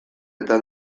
eta